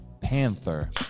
panther